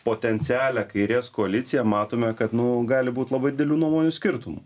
potencialią kairės koaliciją matome kad nu gali būt labai didelių nuomonių skirtumų